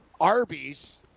Arby's